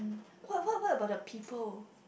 what what what about the people